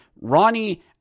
Ronnie